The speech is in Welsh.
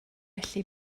allu